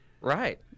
Right